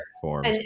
forms